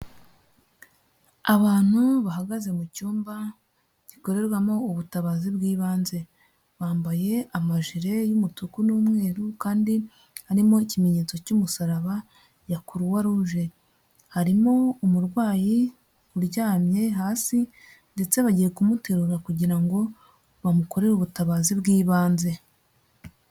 Abantu bahagaze mu cyumba gikorerwamo ubutabazi bw'ibanze, bambaye amajire y'umutuku n'umweru kandi arimo ikimenyetso cy'umusaraba ya kuruwa ruje, harimo umurwayi uryamye hasi ndetse bagiye kumuterura kugira ngo bamukorere ubutabazi bw'ibanze.